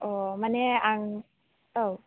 अ माने आं औ